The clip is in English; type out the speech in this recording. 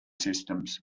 systems